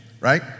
right